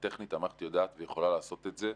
טכנית, המערכת יודעת והיא יכולה לעשות את זה.